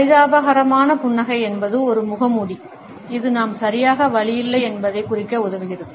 பரிதாபகரமான புன்னகை என்பது ஒரு முகமூடி இது நாம் சரியாக வலியில்லை என்பதைக் குறிக்க உதவுகிறது